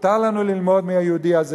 מותר לנו ללמוד מהיהודי הזה.